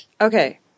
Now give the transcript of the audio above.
Okay